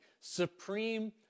Supreme